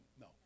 No